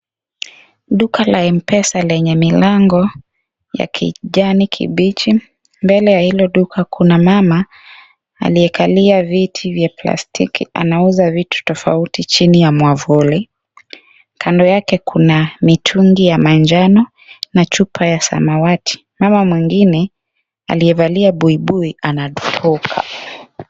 Duka la Mpesa lenye milango ya kijani kibichi. Mbele ya ile duka kuna mama aliyekalia vitu vya plastiki anauza vitu chini ya mwavuli. Kando yake kuna mitungi ya manjano na chupa ya samawati. Mama mwingine aliyevalia buibui anavuka.